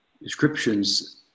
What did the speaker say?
descriptions